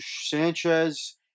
Sanchez